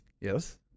Yes